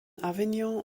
avignon